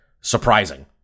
surprising